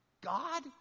God